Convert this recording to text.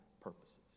purposes